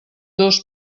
dos